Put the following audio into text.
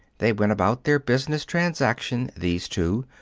they went about their business transaction, these two,